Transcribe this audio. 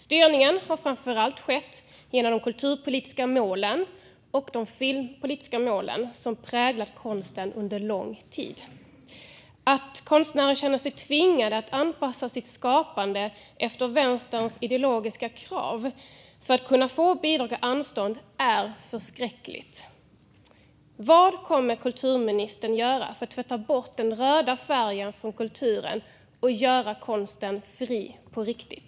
Styrningen har framför allt skett genom de kulturpolitiska och filmpolitiska mål som präglat konsten under lång tid. Det är förskräckligt att konstnärer känner sig tvingade att anpassa sitt skapande efter vänsterns ideologiska krav för att kunna få bidrag och anslag. Vad kommer kulturministern att göra för att tvätta bort den röda färgen från kulturen och göra konsten fri på riktigt?